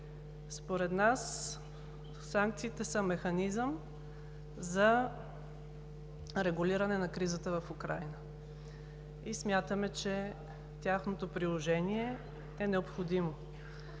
Според нас санкциите са механизъм за регулиране на кризата в Украйна и смятаме, че тяхното приложение е необходимо.